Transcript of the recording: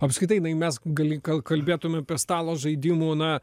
apskritai i nai mes gali gal kalbėtum apie stalo žaidimų na